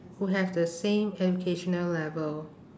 who have the same educational level